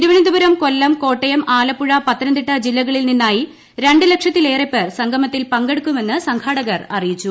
തിരുവനന്തപുരം കൊല്ലം കോട്ടയം ആലപ്പുഴ പത്തനംതിട്ട ജില്ലകളിൽ നിന്നായി രണ്ട് ലക്ഷത്തിലേറെ പേർ സംഗമത്തിൽ പങ്കെടുക്കുമെന്ന് സംഘാടകർ അറിയിച്ചു